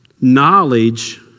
Knowledge